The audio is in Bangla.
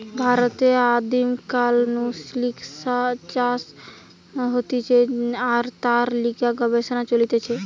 ভারতে আদিম কাল নু সিল্ক চাষ হতিছে আর তার লিগে গবেষণা চলিছে